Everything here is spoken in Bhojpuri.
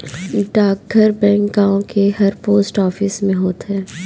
डाकघर बैंक गांव के हर पोस्ट ऑफिस में होत हअ